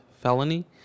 felony